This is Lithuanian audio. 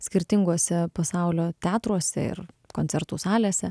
skirtinguose pasaulio teatruose ir koncertų salėse